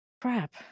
crap